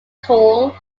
tall